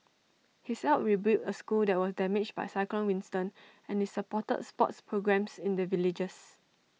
he's helped rebuild A school that was damaged by cyclone Winston and is supported sports programmes in the villages